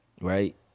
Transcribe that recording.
right